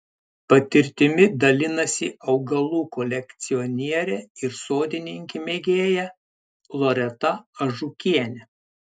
patirtimi dalinasi augalų kolekcionierė ir sodininkė mėgėja loreta ažukienė